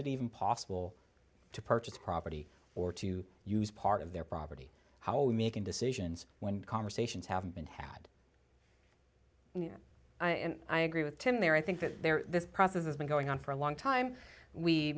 it even possible to purchase property or to use part of their property how are we making decisions when conversations have been had you know i agree with tim there i think that there this process has been going on for a long time we